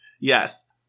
Yes